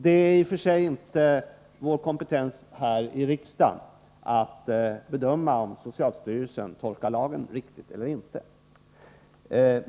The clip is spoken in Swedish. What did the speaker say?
Det är i och för sig inte vår kompetens här i riksdagen att bedöma om socialstyrelsen tolkar lagen rätt eller inte.